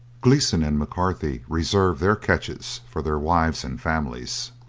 gleeson and mccarthy reserved their catches for their wives and families,